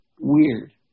weird